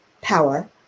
power